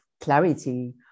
clarity